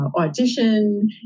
audition